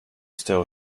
still